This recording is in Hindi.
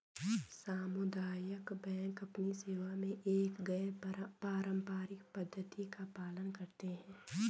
सामुदायिक बैंक अपनी सेवा में एक गैर पारंपरिक पद्धति का पालन करते हैं